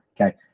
okay